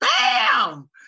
Bam